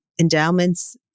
Endowments